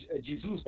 Jesus